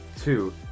Two